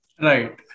Right